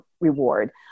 reward